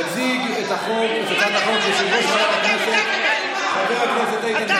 יציג את הצעת החוק יושב-ראש ועדת הכנסת חבר הכנסת איתן